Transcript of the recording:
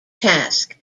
task